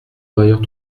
d’ailleurs